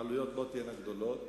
העלויות לא תהיינה גדולות.